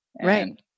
Right